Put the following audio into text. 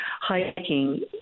hiking